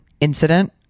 incident